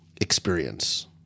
experience